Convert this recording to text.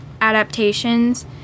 adaptations